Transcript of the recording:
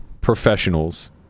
professionals